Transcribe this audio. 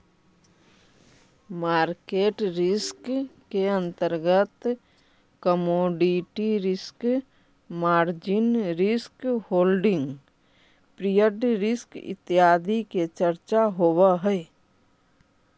market risk के अंतर्गत commodity risk, margin risk, holding period risk इत्यादि के चर्चा होवऽ हई